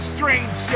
Strange